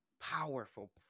powerful